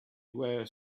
were